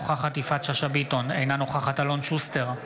נוכחת יפעת שאשא ביטון, אינה נוכחת אלון שוסטר,